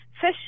fish